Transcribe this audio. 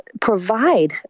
provide